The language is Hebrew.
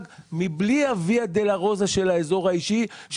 מבלי ה-וויה דולורוזה של האזור האישי.